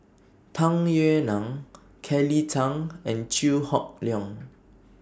Tung Yue Nang Kelly Tang and Chew Hock Leong